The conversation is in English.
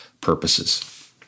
purposes